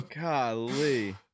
Golly